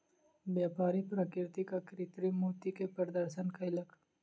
व्यापारी प्राकृतिक आ कृतिम मोती के प्रदर्शन कयलक